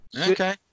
Okay